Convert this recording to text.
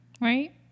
right